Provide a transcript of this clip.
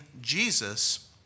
Jesus